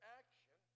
action